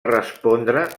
respondre